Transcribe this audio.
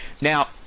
Now